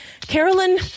Carolyn